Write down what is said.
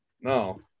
No